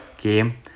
game